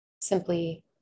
simply